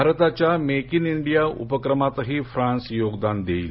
भारताच्या make in India उपक्रमातही France योगदान देईल